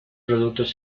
productos